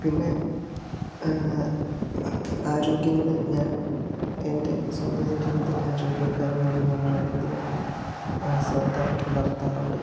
പിന്നെ ആരോഗ്യങ്ങളിൽ ഞാൻ എൻ്റെ സ്വന്തം ശരീരത്തിൻ്റെ ആരോഗ്യ കാര്യങ്ങളിൽ ഞാൻ വളരെയധികം ശ്രദ്ധ പുലർത്താറുണ്ട്